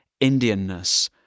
Indianness